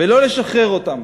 ולא לשחרר אותם.